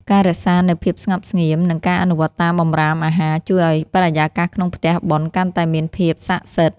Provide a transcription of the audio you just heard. ការរក្សានូវភាពស្ងប់ស្ងៀម និងការអនុវត្តតាមបម្រាមអាហារជួយឱ្យបរិយាកាសក្នុងផ្ទះបុណ្យកាន់តែមានភាពសក្ដិសិទ្ធិ។